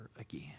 again